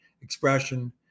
expression